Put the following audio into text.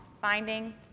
finding